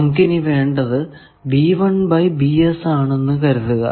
നമുക്കിനി വേണ്ടത് ആണെന്ന് കരുതുക